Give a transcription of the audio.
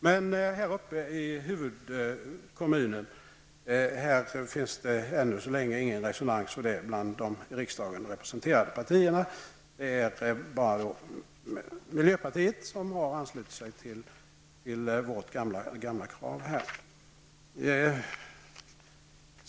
Men här uppe i huvudkommunen finns det ännu så länge ingen resonans för det bland de i riksdagen representerade parterna, utom miljöpartiet, som har anslutit sig till vårt gamla krav här.